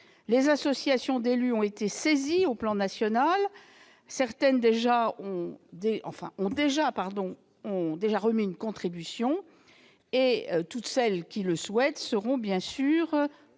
les associations d'élus ont été saisies sur le plan national. Certaines ont déjà remis une contribution et toutes celles qui le souhaitent seront bien